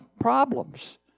problems